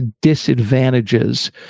disadvantages